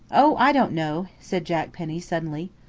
oh, i don't know, said jack penny suddenly.